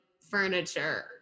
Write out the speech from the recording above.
furniture